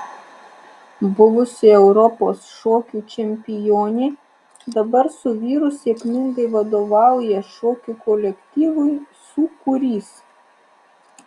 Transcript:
buvusi europos šokių čempionė dabar su vyru sėkmingai vadovauja šokių kolektyvui sūkurys